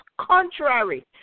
contrary